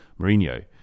Mourinho